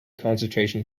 concentration